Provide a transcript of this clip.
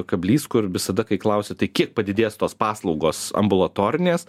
kablys kur visada kai klausia tai kiek padidės tos paslaugos ambulatorinės